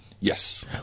yes